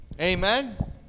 Amen